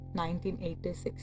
1986